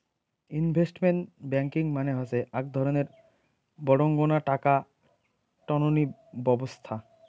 investment banking মানে হসে আক ধরণের বডঙ্না টাকা টননি ব্যবছস্থা